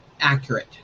accurate